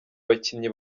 abakinnyi